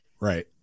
Right